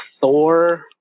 Thor